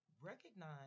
recognize